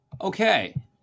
Okay